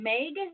Meg